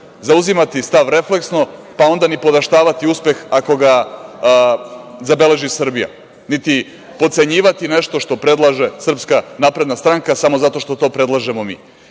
zauzimati stav refleksno, pa onda nipodaštavati uspeh ako ga zabeleži Srbija, niti potcenjivati nešto što predlaže SNS samo zato što to predlažemo mi.